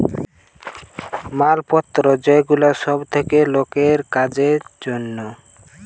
মাল পত্র যে গুলা সব থাকে লোকের কাজের জন্যে